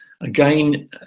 Again